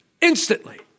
instantly